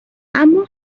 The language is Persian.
اما